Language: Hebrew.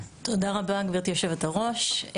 תודה רבה, גברתי יושבת הראש.